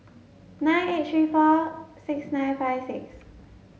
nine eight three four six nine five six